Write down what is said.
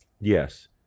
Yes